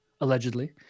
allegedly